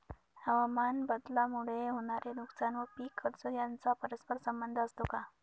हवामानबदलामुळे होणारे नुकसान व पीक कर्ज यांचा परस्पर संबंध असतो का?